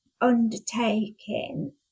undertaking